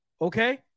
okay